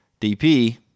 DP